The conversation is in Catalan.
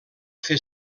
fer